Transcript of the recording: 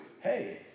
hey